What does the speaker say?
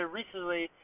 recently